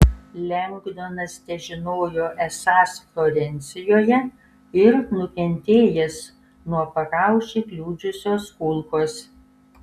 lengdonas težinojo esąs florencijoje ir nukentėjęs nuo pakaušį kliudžiusios kulkos